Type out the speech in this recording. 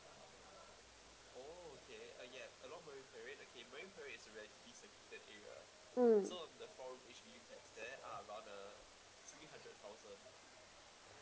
mm